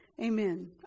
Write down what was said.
Amen